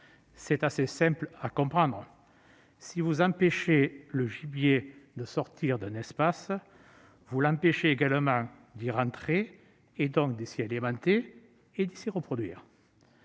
C'est assez simple à comprendre : si vous empêchez le gibier de sortir d'un espace, vous l'empêchez également d'y entrer, donc de s'y alimenter et de s'y reproduire.